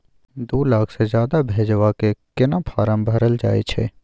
दू लाख से ज्यादा भेजबाक केना फारम भरल जाए छै?